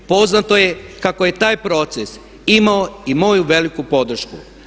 Poznato je kako je taj proces imao i moju veliku podršku.